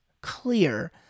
clear